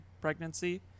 pregnancy